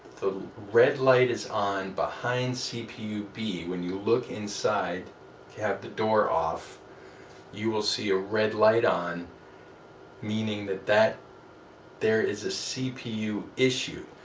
red light is on behind cpu b. when you look inside you have the door off you will see a red light on meaning that that there is a cpu issue,